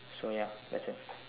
so ya that's it